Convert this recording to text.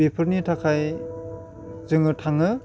बेफोदनि थाखाय जोङो थाङो